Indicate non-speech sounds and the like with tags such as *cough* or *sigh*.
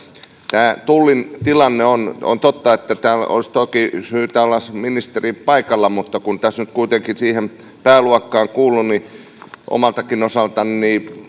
tullin tilanne on on totta että täällä olisi toki syytä olla ministerin paikalla mutta kun tässä nyt kuitenkin siihen pääluokkaan kuuluu niin omaltakin osaltani *unintelligible*